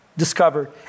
discovered